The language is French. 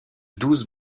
douze